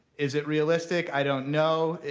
is it realistic? i don't know,